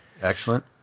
Excellent